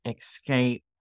escape